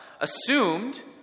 assumed